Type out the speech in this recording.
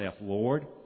Lord